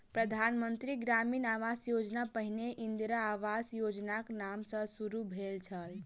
प्रधान मंत्री ग्रामीण आवास योजना पहिने इंदिरा आवास योजनाक नाम सॅ शुरू भेल छल